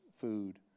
food